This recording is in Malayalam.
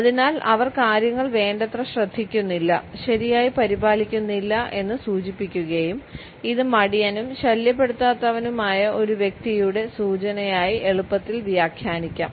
അതിനാൽ അവർ കാര്യങ്ങൾ വേണ്ടത്ര ശ്രദ്ധിക്കുന്നില്ല ശരിയായി പരിപാലിക്കുക്കുന്നില്ല എന്ന് സൂചിപ്പിക്കുകയും ഇത് മടിയനും ശല്യപ്പെടുത്താത്തവനുമായ ഒരു വ്യക്തിയുടെ സൂചനയായി എളുപ്പത്തിൽ വ്യാഖ്യാനിക്കാം